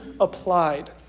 applied